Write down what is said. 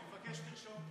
אני מבקש שתרשום,